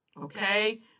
Okay